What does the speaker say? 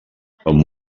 amb